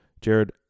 Jared